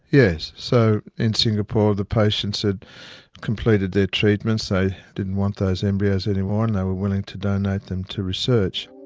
yes. so in singapore the patients had completed their treatments, they didn't want those embryos any more and they were willing to donate them to research.